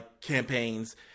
campaigns